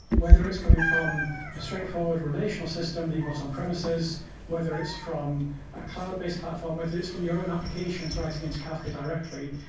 whether it's coming from a straightforward relational system that you've got on-premises whether it's from a cloud-based platform. whether it's from your own applications writing into kafka directly,